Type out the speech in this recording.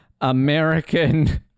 American